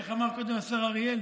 איך אמר קודם השר אריאל?